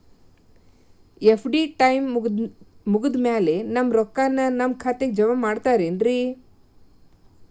FD time ಮುಗಿದಾದ್ ಮ್ಯಾಲೆ ನಮ್ ರೊಕ್ಕಾನ ನಮ್ ಖಾತೆಗೆ ಜಮಾ ಮಾಡ್ತೇರೆನ್ರಿ?